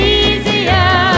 easier